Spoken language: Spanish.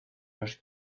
los